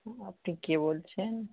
আপনি কে বলছেন